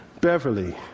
Beverly